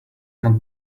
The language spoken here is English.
not